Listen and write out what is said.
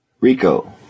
Rico